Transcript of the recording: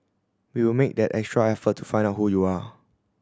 we will make that extra effort to find out who you are